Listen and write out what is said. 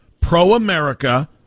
pro-America